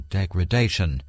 degradation